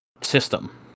system